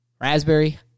raspberry